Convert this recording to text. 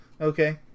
okay